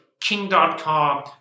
King.com